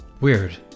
weird